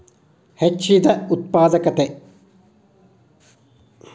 ಹೆಚ್ಚಿದ ಉತ್ಪಾದಕತೆ